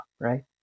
right